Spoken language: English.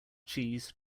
cheese